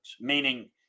meaning